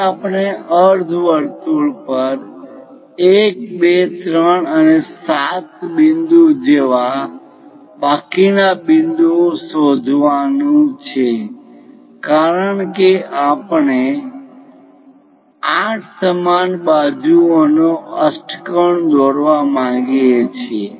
હવે આપણે અર્ધવર્તુળ પર 1 2 3 અને 7 બિંદુ જેવા બાકીના બિંદુઓ શોધવાનું છે કારણ કે આપણે 8 સમાન બાજુઓ નો અષ્ટકોણ દોરવા માંગીએ છીએ